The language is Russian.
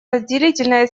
разделительная